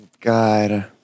God